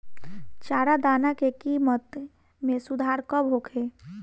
चारा दाना के किमत में सुधार कब होखे?